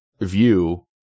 view